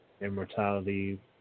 immortality